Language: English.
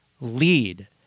lead